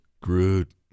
Groot